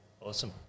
awesome